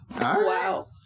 Wow